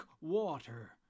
water